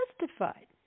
justified